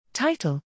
Title